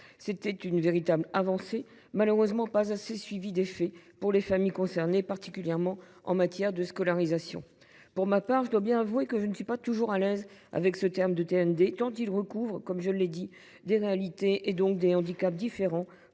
C’était une véritable avancée, qui n’a malheureusement pas été assez suivie d’effets pour les familles concernées, particulièrement en matière de scolarisation. Pour ma part, je dois bien avouer que je ne suis pas toujours à l’aise avec ce terme de « TND », tant il recouvre des réalités variées et donc des handicaps différents,